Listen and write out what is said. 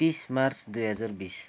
तिस मार्च दुई हजार बिस